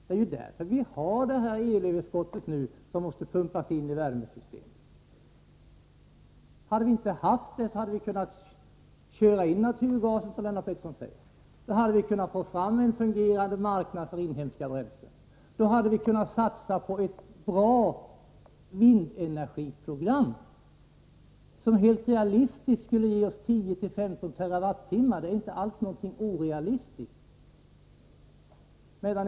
Det är därför vi nu har det elöverskott som måste pumpasini värmesystemet. Om vi inte hade haft det, skulle vi ha kunnat köra in naturgasen, som Lennart Pettersson säger. Då hade vi kunnat få fram en fungerande marknad för inhemska bränslen. Då hade vi kunnat satsa på ett bra vindenergiprogram, som helt realistiskt skulle ge oss 10-15 TWh. Det är alls inte någonting orealistiskt.